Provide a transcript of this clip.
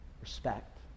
Respect